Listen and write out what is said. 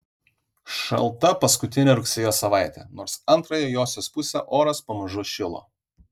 šalta paskutinė rugsėjo savaitė nors antrąją josios pusę oras pamažu šilo